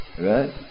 right